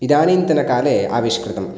इदानीन्तनकाले आविष्कृतं